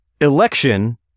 Election